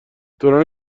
دوران